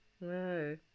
No